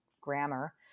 grammar